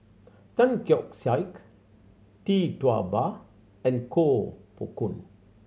Tan Keong Saik Tee Tua Ba and Koh Poh Koon